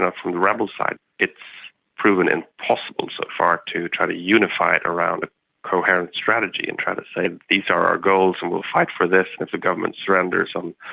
ah from the rebels side, it's proven impossible so far to try to unify it around a coherent strategy and try to say these are our goals and we'll fight for this, and if the government surrenders on